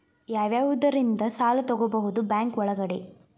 ಯಾವ್ಯಾವುದರಿಂದ ಸಾಲ ತಗೋಬಹುದು ಬ್ಯಾಂಕ್ ಒಳಗಡೆ?